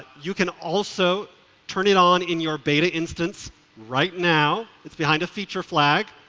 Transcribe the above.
you can also turn it on in your beta-instance right now. it's behind a feature flag.